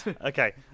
Okay